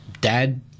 dad